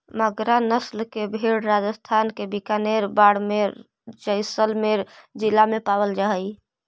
मगरा नस्ल के भेंड़ राजस्थान के बीकानेर, बाड़मेर, जैसलमेर जिला में पावल जा हइ